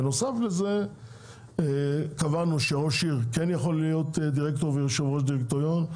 בנוסף לזה קבענו שראש עיר כן יכול להיות דירקטור ויושב ראש דירקטוריון,